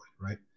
Right